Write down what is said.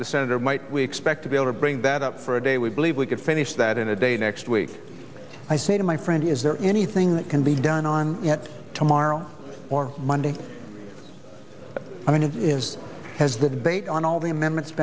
the senator might we expect to be able to bring that up for a day we believe we could finish that in a day next week i say to my friend is there anything that can be done on it tomorrow or monday i mean it is has the date on all the amendments